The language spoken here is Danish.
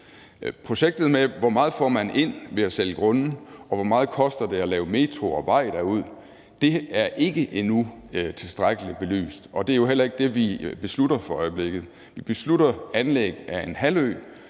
Projektet med, hvor meget man får ind ved at sælge grunde, og hvor meget det koster at lave metro og vej derud, er endnu ikke tilstrækkelig belyst, og det er jo heller ikke det, vi beslutter for øjeblikket. Vi beslutter anlæg af en halvø,